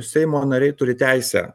seimo nariai turi teisę